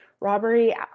robbery